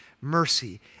Mercy